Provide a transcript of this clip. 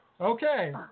Okay